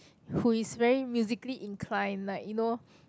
who is very musically inclined like you know